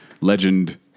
legend